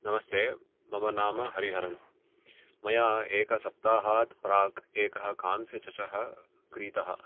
नमस्ते मम नाम हरिहरन् मया एकसप्ताहात् प्राक् एकः कांस्यचषः क्रीतः